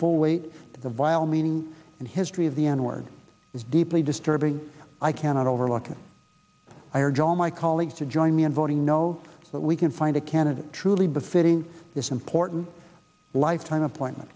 full weight to the vile meaning and history of the n word is deeply disturbing i cannot overlook i urge all my colleagues to join me in voting no but we can find a candidate truly befitting this important lifetime appointment